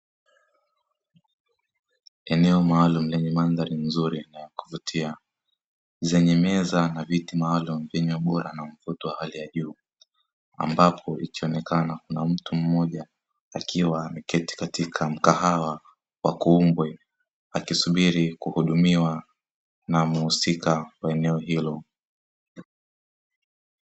Eneo maalum lenye mandhari nzuri na ya kuvutia zenye meza na viti maalumu vyenye ubora na mvuto wa hali ya juu ambapo inaonekana kuna mtu mmoja akiwa ameketi katika mgahawa wa kungwe akisubiri kuhudumiwa na mhusika wa eneo hilo.